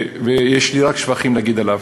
יש לי רק שבחים להגיד עליו.